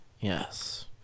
Yes